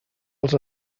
els